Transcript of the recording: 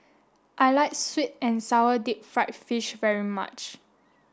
I like sweet and sour deep fried fish very much